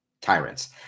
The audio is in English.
tyrants